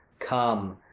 come,